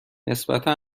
نسبتا